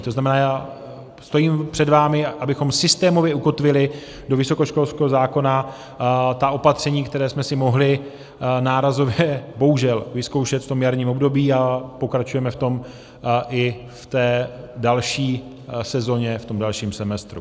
To znamená, stojím před vámi, abychom systémově ukotvili do vysokoškolského zákona ta opatření, která jsme si mohli nárazově bohužel vyzkoušet v jarním období, a pokračujeme v tom i v té další sezóně, v dalším semestru.